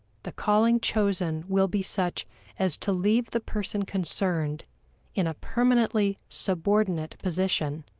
the calling chosen will be such as to leave the person concerned in a permanently subordinate position,